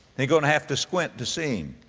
they're going to have to squint to see him.